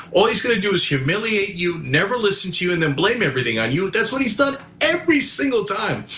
all he's going to do is humiliate you, never listen to you, and then blame everything on you. that's what he's done every single time.